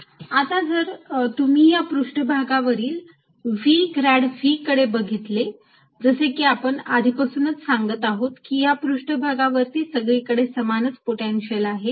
dSV2dV आता जर तुम्ही या पृष्ठभागावरील V ग्रॅड V कडे बघितले जसे की आपण आधीपासूनच सांगत आहोत की या पृष्ठभागावरती सगळीकडे समानच पोटेन्शियल आहे